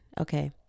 Okay